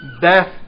death